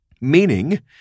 Meaning